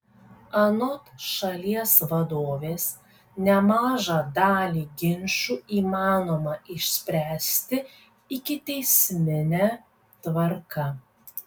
anot šalies vadovės nemažą dalį ginčų įmanoma išspręsti ikiteismine tvarka